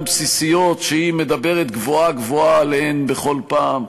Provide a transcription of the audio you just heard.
בסיסיות שהיא מדברת גבוהה-גבוהה עליהן בכל פעם.